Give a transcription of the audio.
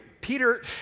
Peter